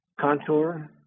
Contour